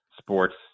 sports